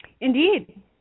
Indeed